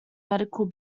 medical